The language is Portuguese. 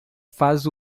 faz